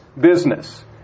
business